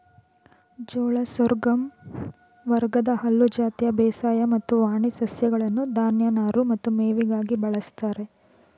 ಜೋಳ ಸೋರ್ಗಮ್ ವರ್ಗದ ಹುಲ್ಲು ಜಾತಿಯ ಬೇಸಾಯ ಮತ್ತು ವಾಣಿ ಸಸ್ಯಗಳನ್ನು ಧಾನ್ಯ ನಾರು ಮತ್ತು ಮೇವಿಗಾಗಿ ಬಳಸ್ತಾರೆ